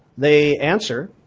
they answer.